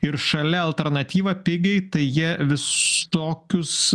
ir šalia alternatyva pigiai tai jie visokius